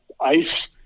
ice